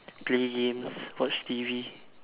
play games watch T_V